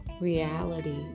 reality